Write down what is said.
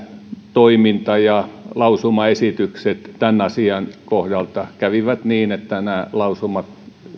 toiminta ja lausumaesitykset tämän asian kohdalta kävivät niin että lausumat